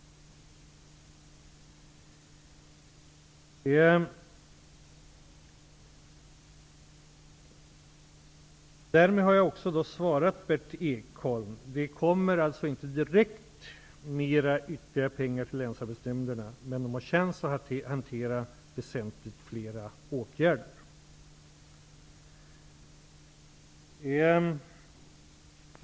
Därmed har jag också svarat Berndt Ekholm. Det kommer alltså inte direkt några ytterligare pengar till länsarbetsnämnderna, men man får där en chans att hantera väsentligt fler åtgärder.